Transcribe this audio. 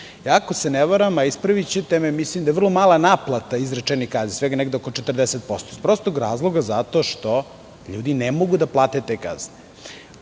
Ako se ne varam, a ispravićete me, mislim da je vrlo mala naplata izrečenih kazni, svega negde oko 40%, iz prostog razloga što ljudi ne mogu da plate te kazne. Mislim